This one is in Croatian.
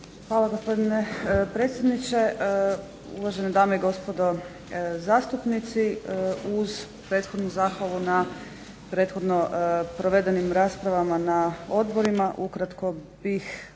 Hvala gospodine predsjedniče, uvažene dame i gospodo zastupnici. Uz prethodnu zahvalu na prethodno provedenim raspravama na odborima. Ukratko bih